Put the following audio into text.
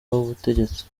w’ubutegetsi